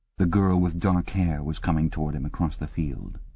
the girl with dark hair was coming towards them across the field.